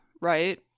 right